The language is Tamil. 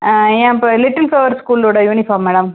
ஆ என் ப லிட்டில் ஃப்ளவர் ஸ்கூலோட யூனிஃபார்ம் மேடம்